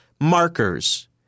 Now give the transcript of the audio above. markers